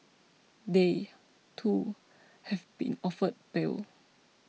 they too have been offered bail